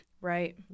Right